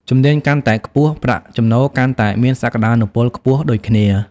ជំនាញកាន់តែខ្ពស់ ប្រាក់ចំណូលកាន់តែមានសក្តានុពលខ្ពស់ដូចគ្នា។